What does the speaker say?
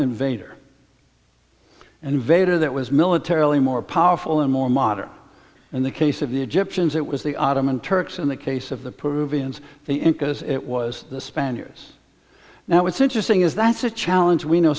invader invader that was militarily more powerful and more modern in the case of the egyptians it was the ottoman turks in the case of the peruvians the incas it was the spaniards now what's interesting is that's a challenge we know